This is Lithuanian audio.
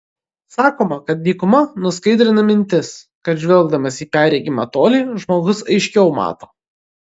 sakoma kad dykuma nuskaidrina mintis kad žvelgdamas į perregimą tolį žmogus aiškiau mato